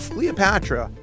Cleopatra